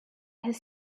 his